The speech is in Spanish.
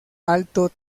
alto